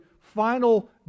final